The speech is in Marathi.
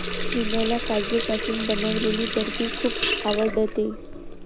मीनाला काजूपासून बनवलेली बर्फी खूप आवडते